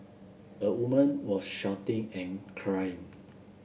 a woman was shouting and crying